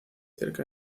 cerca